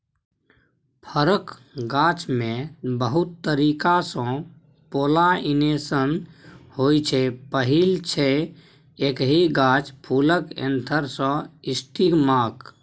फरक गाछमे बहुत तरीकासँ पोलाइनेशन होइ छै पहिल छै एकहि गाछ फुलक एन्थर सँ स्टिगमाक